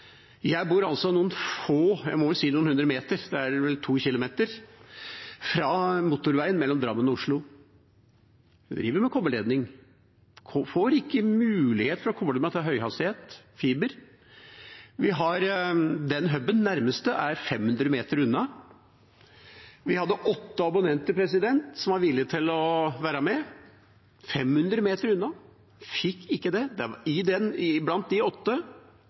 Jeg bor altså noen få meter, jeg må vel si noen hundre meter, for det er vel to kilometer, fra motorveien mellom Drammen og Oslo. Jeg driver med kobberledning, får ikke mulighet til å koble meg til høyhastighetsbredbånd, fiber. Den nærmeste «hub»-en er 500 meter unna. Vi var åtte abonnenter som var villige til å være med – 500 meter unna – fikk ikke det. Blant de åtte var det